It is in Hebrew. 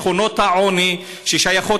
שכונות העוני ששייכות